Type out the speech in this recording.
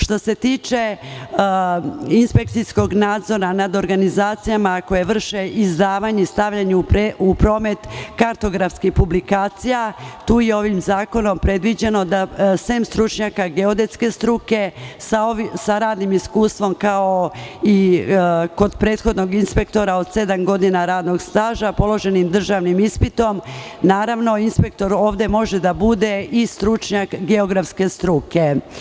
Što se tiče inspekcijskog nadzora nad organizacijama koje vrše izdavanje i stavljanje u promet kartografskih publikacija, tu je ovim zakonom predviđeno da, sem stručnjaka geodetske struke sa radnim iskustvom, kao i kod prethodnog inspektora, od sedam godina radnog staža, položenim državnim ispitom, naravno, inspektor može da bude i stručnjak geografske struke.